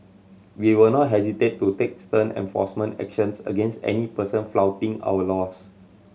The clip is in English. we will not hesitate to take stern enforcement actions against any person flouting our laws